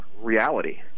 reality